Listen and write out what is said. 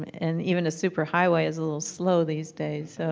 and even a superhighway is a little slow these days. so